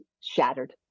shattered